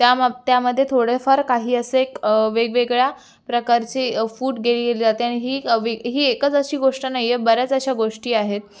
त्यामाप त्यामध्ये थोडेफार काही असे वेगवेगळ्या प्रकारचे फूट गेली जाते आणि ही एक एकच अशी गोष्ट नाही आहे बऱ्याच अशा गोष्टी आहेत